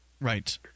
Right